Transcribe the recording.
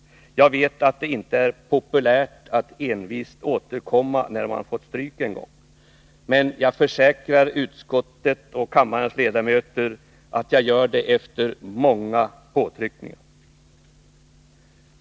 Jag vet att det inte är populärt att envist återkomma när man fått stryk en gång, men jag försäkrar utskottet och kammarens ledamöter att jag gör det efter många påtryckningar.